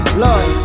love